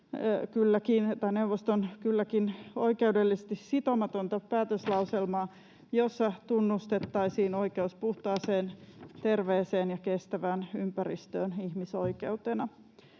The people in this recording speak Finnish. kylläkin oikeudellisesti sitomatonta päätöslauselmaa, jossa tunnustettaisiin oikeus puhtaaseen, terveeseen ja kestävään ympäristöön ihmisoikeutena.